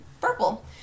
purple